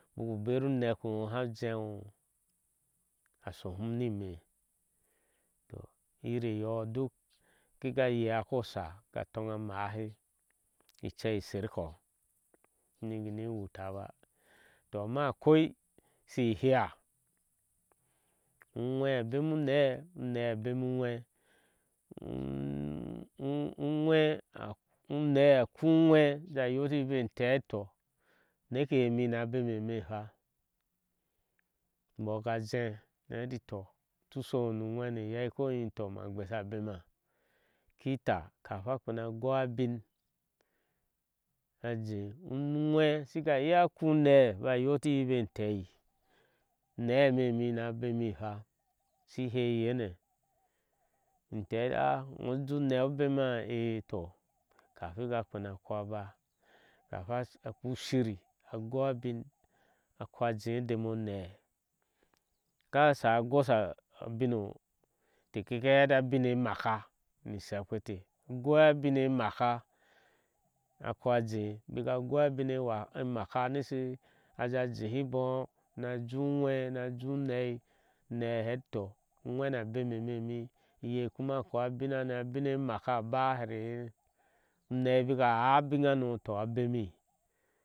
Ubaku beru unekpe enyo nu uha ujeenŋ a shohum ni ime yire duk kika yeya ko shaa ka toyboh a maáhe, icei isherko shune gune wuta báá to ama akhoi shuehea uŋwé a bemu uneeh unee abemu uŋwe urgwe a unee a khu uŋwé a jɛɛ aja yoti hi be intee heti toh uneke ye mi na beme mo hwo mbo ka jee na leti tolutu shoŋo nu uŋwɛ́ne a yei ko iyeŋa a gbesa bema kapa kpena goi abiŋ a jee ujwɛ shiki iya a kho unee ba yotihi be intewi une eme mi na bemi hwa ishi hee inyene intee asa heti ahh ujeeh unee ubema eeh. toh kamin a kpena a koh a báá kamin a kpena a kpeeá ushiri agoi abiŋ a koje udema onee akasha a gosha abiŋ inteh keheti a biŋe emaká ni ishekpete igoi abiŋe maka a kho a jɛɛ bika kho abiŋe maka misa a jah jeehi bɔɔ sanana pa jii unɛe najii unŋwɛi a heti toh ugwene abeme eme mi iye kuma a kho abin hane abine maka a baa here eye unɛɛ i a baka áái abiŋa no toh abemi.